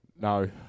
No